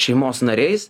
šeimos nariais